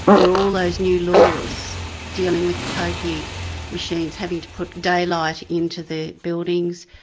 where all those news laws dealing with pokie machines, having to put daylight into the buildings,